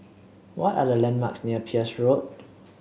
what are the landmarks near Peirce Road